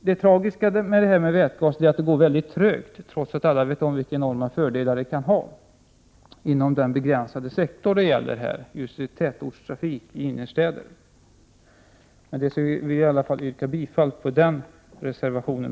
Det tragiska med det här är att det går mycket trögt, trots att alla vet vilka enorma fördelar vätgasdrift kan ha inom den begränsade sektor det här gäller, nämligen tätortstrafik i innerstäder. Med detta vill jag i alla fall yrka bifall till den reservationen.